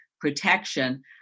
protection